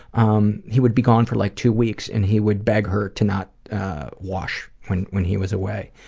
um he would be gone for, like, two weeks and he would beg her to not wash when when he was away.